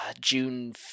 June